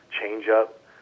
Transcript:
change-up